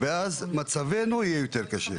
ואז מצבינו יהיה יותר קשה.